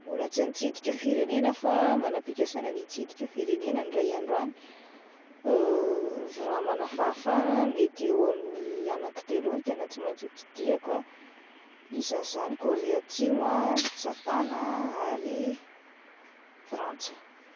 Mbola tsy nitsidika firenena fa manam-pikasana ny hitsidika firenena indray andro any, raha manana fahafahana mety eo amin'ny anaky telo eo no tena tsy maintsy hotsidihako ah, isan'izany Korea Atsimo ah, Japana ary i Frantsa.